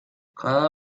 cada